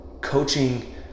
coaching